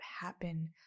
happen